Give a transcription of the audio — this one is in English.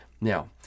Now